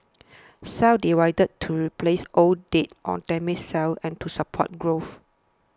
cells divide to replace old dead or damaged cells and to support growth